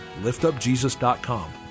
liftupjesus.com